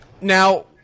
Now